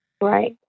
right